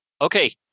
Okay